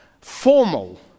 formal